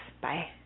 Bye